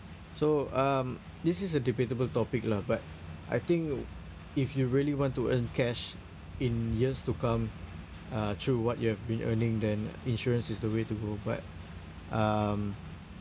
so um this is a debatable topic lah but I think if you really want to earn cash in years to come uh through what you have been earning then insurance is the way to go but um